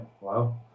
wow